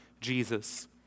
Jesus